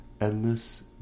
endless